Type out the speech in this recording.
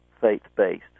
faith-based